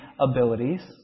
abilities